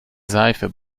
seife